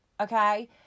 okay